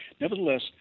Nevertheless